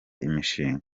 imishinga